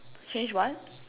change what